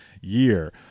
year